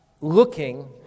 looking